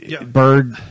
bird